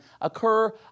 occur